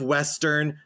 Western